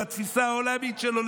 לתפיסה העולמית שלו.